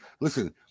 listen